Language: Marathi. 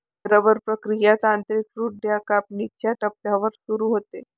रबर प्रक्रिया तांत्रिकदृष्ट्या कापणीच्या टप्प्यावर सुरू होते